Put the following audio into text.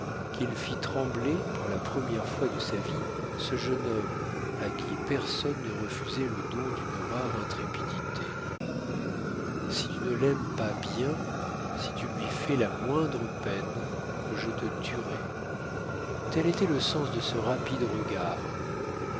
qu'il fit trembler pour la première fois de sa vie ce jeune homme à qui personne ne refusait le don d'une rare intrépidité si tu ne l'aimes pas bien si tu lui fais la moindre peine je te tuerai tel était le sens de ce rapide regard